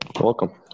welcome